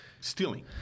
stealing